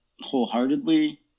wholeheartedly